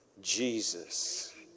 Jesus